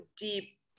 deep